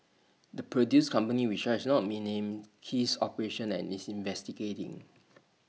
the produce company which has not been named ceased operations and is investigating